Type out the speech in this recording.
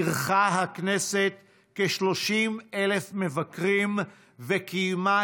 אירחה הכנסת כ-30,000 מבקרים וקיימה